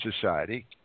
Society